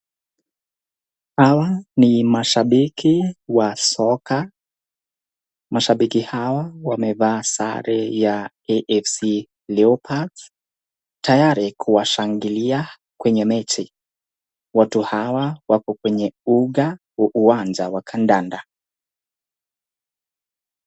Hawa ni mashabiki wa soka, mashabiki hawa wamevaa sare ya AFC Leopards tayari kuwashangilia kwenye mechi. Watu hawa wapo kwenye uga wa uwanja wa kandanda.